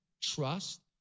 trust